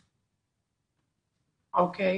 כן, כן.